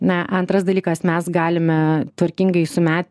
na antras dalykas mes galime tvarkingai sume